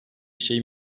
şey